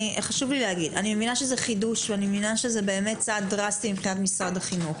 אני מבינה שזה חידוש ושזה צעד דרסטי מבחינת משרד החינוך.